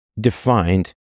defined